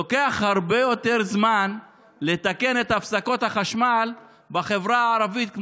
לוקח הרבה יותר זמן לתקן את הפסקות החשמל בחברה הערבית,